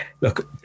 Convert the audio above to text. look